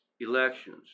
elections